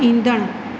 ईंदड़ु